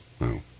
No